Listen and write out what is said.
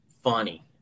funny